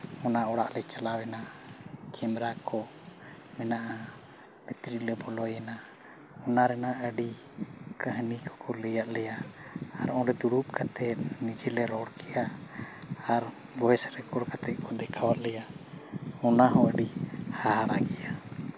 ᱚᱱᱟ ᱚᱲᱟᱜ ᱞᱮ ᱪᱟᱞᱟᱣᱮᱱᱟ ᱠᱮᱢᱮᱨᱟ ᱠᱚ ᱢᱮᱱᱟᱜᱼᱟ ᱵᱷᱤᱛᱨᱤ ᱞᱮ ᱵᱚᱞᱚᱭᱮᱱᱟ ᱚᱱᱟ ᱨᱮᱭᱟᱜ ᱟᱹᱰᱤ ᱠᱟᱹᱦᱱᱤ ᱠᱚᱠᱚ ᱞᱟᱹᱭᱟᱫ ᱞᱮᱭᱟ ᱟᱨ ᱚᱸᱰᱮ ᱫᱩᱲᱩᱵ ᱠᱟᱛᱮ ᱱᱤᱡᱮ ᱞᱮ ᱨᱚᱲ ᱠᱮᱜᱼᱟ ᱟᱨ ᱵᱷᱚᱭᱮᱥ ᱨᱮᱠᱚᱨᱰ ᱠᱟᱛᱮ ᱠᱚ ᱫᱮᱠᱷᱟᱣ ᱟᱜ ᱞᱮᱭᱟ ᱚᱱᱟ ᱦᱚᱸ ᱟᱹᱰᱤ ᱦᱟᱦᱟᱲᱟ ᱜᱮᱭᱟ